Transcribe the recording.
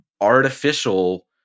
artificial